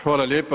Hvala lijepa.